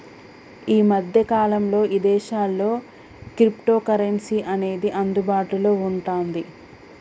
యీ మద్దె కాలంలో ఇదేశాల్లో క్రిప్టోకరెన్సీ అనేది అందుబాటులో వుంటాంది